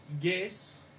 yes